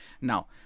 Now